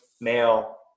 male